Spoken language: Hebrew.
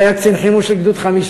הוא היה קצין חימוש של גדוד 50,